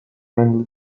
friendly